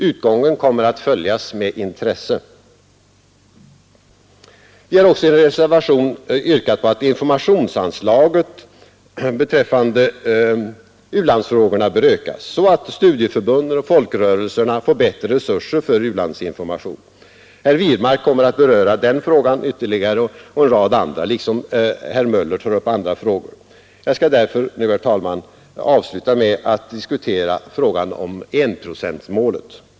Utgången kommer att följas med intresse. Vi har också i en reservation yrkat att informationsanslaget beträffande u-landsfrågorna ökas, så att studieförbunden och folkrörelserna får bättre resurser för u-landsinformation. Herr Wirmark kommer att ytterligare beröra den frågan och en rad andra spörsmål, och herr Möller tar också upp en rad andra frågor i anslutning till det. Jag skall därför nu avsluta med att diskutera frågan om enprocentsmålet.